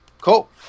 Cool